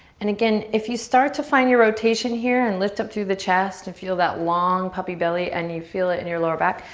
and again, if you start to find your rotation here and lift up through the chest and feel that long puppy belly and you feel it in your lower back,